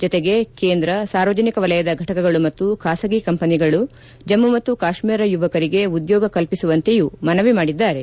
ಜತೆಗೆ ಕೇಂದ್ರ ಸಾರ್ವಜನಿಕ ವಲಯದ ಘಟಕಗಳು ಮತ್ತು ಬಾಸಗಿ ಕಂಪನಿಗಳು ಜಮ್ಮ ಮತ್ತು ಕಾಶ್ಮೀರ ಯುವಕರಿಗೆ ಉದ್ಯೋಗ ಕಲ್ಪಿಸುವಂತೆಯೂ ಮನವಿ ಮಾಡಿದ್ದಾರೆ